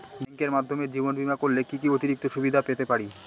ব্যাংকের মাধ্যমে জীবন বীমা করলে কি কি অতিরিক্ত সুবিধে পেতে পারি?